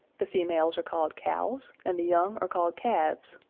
the females are called cows and the young are called calves.